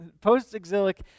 Post-exilic